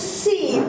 see